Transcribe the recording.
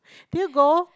can you go